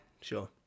sure